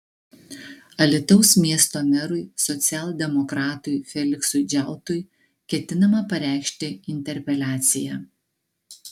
alytaus miesto merui socialdemokratui feliksui džiautui ketinama pareikšti interpeliaciją